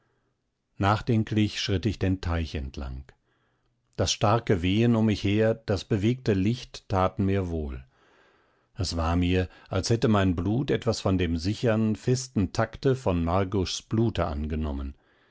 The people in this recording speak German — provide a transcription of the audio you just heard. nachdenklich schritt ich den teich entlang das starke wehen um mich her das bewegte licht taten mir wohl es war mir als hätte mein blut etwas von dem sicheren festen takte von marguschs blute angenommen